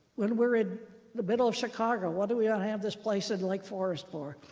we're we're in the middle of chicago. what are we going to have this place in lake forest for?